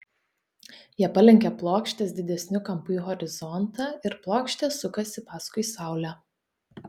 jie palenkia plokštes didesniu kampu į horizontą ir plokštės sukasi paskui saulę